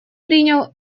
принял